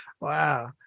Wow